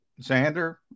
Xander